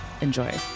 Enjoy